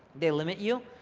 they limit you.